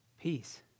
peace